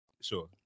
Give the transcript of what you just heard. Sure